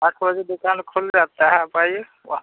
आठ बजे दुकान खुल जाती है आप आइए वाह